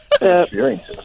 Experiences